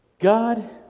god